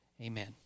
Amen